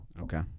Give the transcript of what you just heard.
Okay